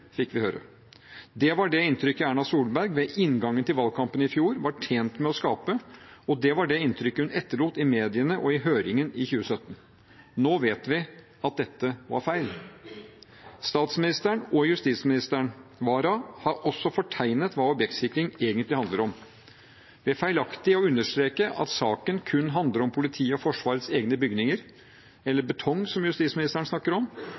fikk vi høre. Det var det inntrykket Erna Solberg – ved inngangen til valgkampen i fjor – var tjent med å skape, og det var det inntrykket hun etterlot i mediene og i høringen i 2017. Nå vet vi at dette var feil. Statsministeren og justisministeren, Wara, har også fortegnet hva objektsikring egentlig handler om. Ved feilaktig å understreke at saken kun handler om politiet og Forsvarets egne bygninger – eller betong, som justisministeren snakker om